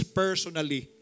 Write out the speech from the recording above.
personally